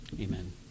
Amen